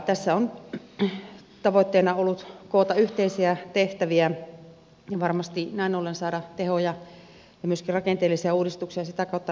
tässä on tavoitteena ollut koota yhteisiä tehtäviä ja varmasti näin ollen saada tehoja ja myöskin rakenteellisia uudistuksia ja sitä kautta säästöjä aikaan